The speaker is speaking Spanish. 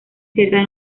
cierta